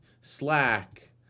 Slack